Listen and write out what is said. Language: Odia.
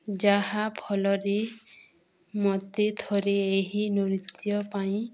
ଯାହାଫଳରେ ମୋତେ ଥରେ ଏହି ନୃତ୍ୟ ପାଇଁ